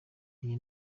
iyi